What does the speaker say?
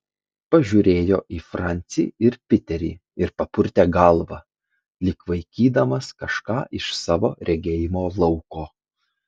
pažiūrėjo į francį ir piterį ir papurtė galvą lyg vaikydamas kažką iš savo regėjimo lauko